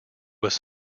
was